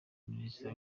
minisitiri